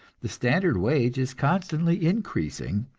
the standard wage is constantly increasing,